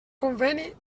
conveni